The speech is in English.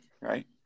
right